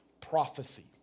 prophecy